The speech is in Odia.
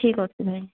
ଠିକ୍ ଅଛି ଭାଇ